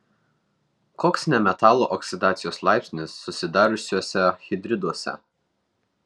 koks nemetalų oksidacijos laipsnis susidariusiuose hidriduose